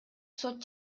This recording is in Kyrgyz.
сот